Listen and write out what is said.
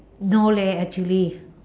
no leh actually